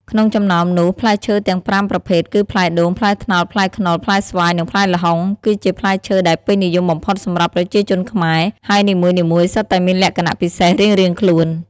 ក្នុងចំណោមនោះ ផ្លែឈើទាំងប្រាំប្រភេទគឺ ផ្លែដូង ផ្លែត្នោត ផ្លែខ្នុរ ផ្លែស្វាយ និងផ្លែល្ហុង គឺជាផ្លែឈើដែលពេញនិយមបំផុតសម្រាប់ប្រជាជនខ្មែរ ហើយនីមួយៗសុទ្ធតែមានលក្ខណៈពិសេសរៀងៗខ្លួន។